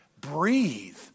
breathe